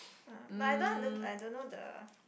uh but I don't under~ I don't know the